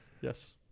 Yes